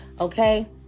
okay